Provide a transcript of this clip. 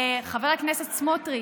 חבר הכנסת סמוטריץ',